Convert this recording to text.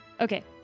Okay